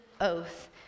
oath